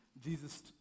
Jesus